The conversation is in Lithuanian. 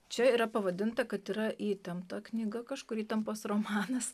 čia yra pavadinta kad yra įtempta knyga kažkur įtampos romanas